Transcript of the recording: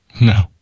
No